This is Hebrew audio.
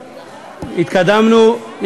התקדמנו,